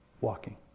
walking